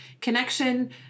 connection